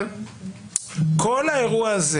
כל האירוע הזה